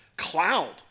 cloud